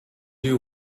you